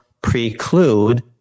preclude